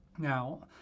Now